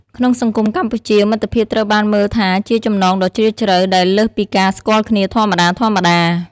ក្នុងសង្គមកម្ពុជា មិត្តភាពត្រូវបានមើលថាជាចំណងដ៏ជ្រាលជ្រៅ ដែលលើសពីការស្គាល់គ្នាធម្មតាៗ។